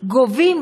גובים,